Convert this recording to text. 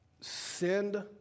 send